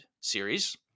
series